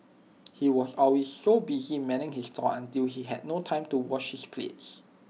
he was always so busy manning his stall until he had no time to wash his plates